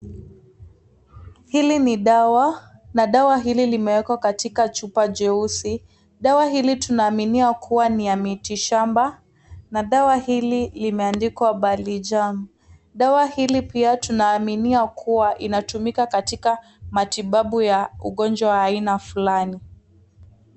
Hili ni dawa na dawa hili limeekwa katika chupa jeusi ,dawa hili tunaaminia kuwa ni ya mitishamba na dawa hili limeandikwa bali chano, dawa hili pia tunaaminia kuwa inatumika katika matibabu ya ugonjwa wa aina fulani.